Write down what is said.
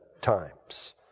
times